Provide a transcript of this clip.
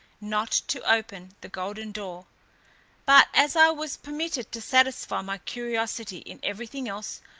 not to open the golden door but as i was permitted to satisfy my curiosity in everything else,